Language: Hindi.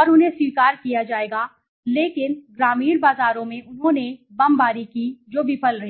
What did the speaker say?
और उन्हें स्वीकार किया जाएगा लेकिन ग्रामीण बाजारों में उन्होंने बमबारी की जो विफल रही